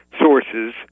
sources